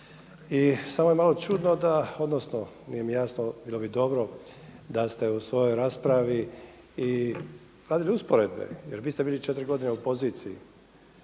Samo je malo čudno, odnosno nije mi jasno, bilo bi dobro da ste u svojoj raspravi i radili usporedbe. Jer vi ste bili 4 godine u poziciji